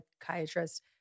psychiatrist